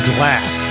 Glass